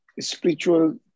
spiritual